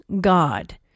God